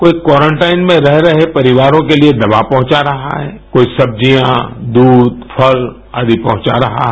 कोई क्वारनटाइन में रह रहे परिवारों के लिए दवा पहुँचा रहा है कोई सब्जियाँ दूष फल आदि पहुँचा रहा है